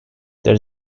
there